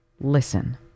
Listen